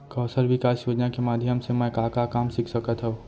कौशल विकास योजना के माधयम से मैं का का काम सीख सकत हव?